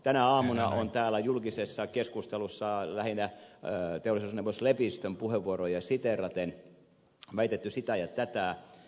tänä aamuna on täällä julkisessa keskustelussa lähinnä teollisuusneuvos lepistön puheenvuoroja siteeraten väitetty sitä ja tätä